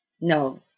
No